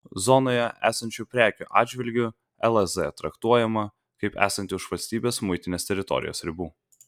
zonoje esančių prekių atžvilgiu lez traktuojama kaip esanti už valstybės muitinės teritorijos ribų